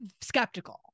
skeptical